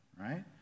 right